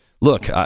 Look